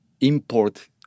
import